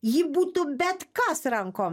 ji būtų bet kas rankom